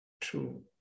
true